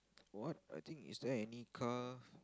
what I think is there any car